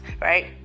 right